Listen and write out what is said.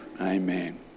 Amen